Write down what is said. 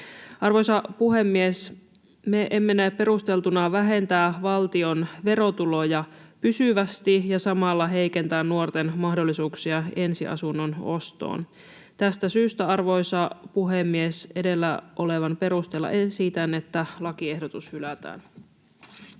Arvoisa puhemies! Me emme näe perusteltuna vähentää valtion verotuloja pysyvästi ja samalla heikentää nuorten mahdollisuuksia ensiasunnon ostoon. Tästä syystä, arvoisa puhemies, edellä olevan perusteella esitän, että lakiehdotus hylätään.